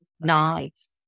Nice